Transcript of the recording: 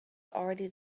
already